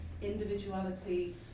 individuality